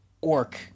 orc